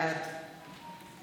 בעד